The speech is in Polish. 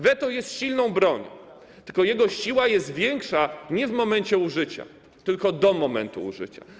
Weto jest silną bronią, tylko jego siła jest większa nie w momencie użycia, tylko do momentu użycia.